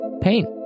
pain